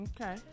Okay